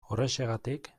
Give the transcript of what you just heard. horrexegatik